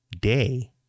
day